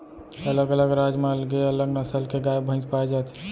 अलग अलग राज म अलगे अलग नसल के गाय भईंस पाए जाथे